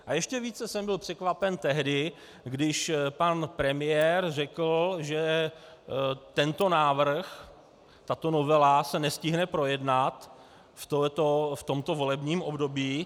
A ještě více jsem byl překvapen tehdy, když pan premiér řekl, že tento návrh, tato novela se nestihne projednat v tomto volebním období.